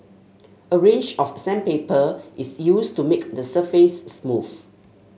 a range of sandpaper is used to make the surface smooth